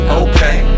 okay